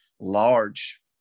large